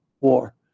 war